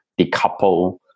decouple